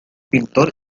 pintor